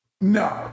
No